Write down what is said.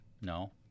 no